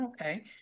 okay